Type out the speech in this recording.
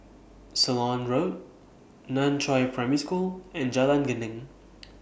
Ceylon Road NAN Chiau Primary School and Jalan Geneng